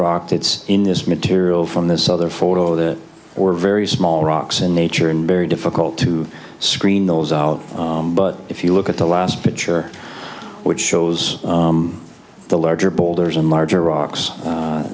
rock that's in this material from this other photo that or very small rocks in nature and very difficult to screen those out but if you look at the last picture which shows the larger boulders and larger rocks